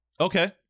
Okay